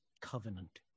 covenant